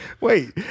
Wait